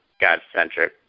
God-centric